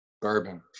bourbon